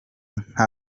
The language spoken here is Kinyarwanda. nka